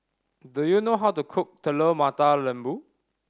do you know how to cook Telur Mata Lembu